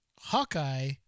Hawkeye